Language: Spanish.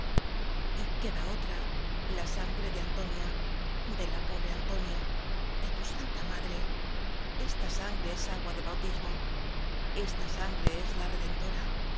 carne y queda otra la sangre de antonia de la pobre antonia de tu santa madre esta sangre es agua de bautismo esta sangre es la redentora